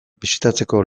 bisitatzeko